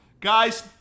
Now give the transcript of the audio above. guys